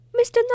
Mr